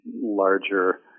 larger